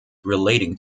relating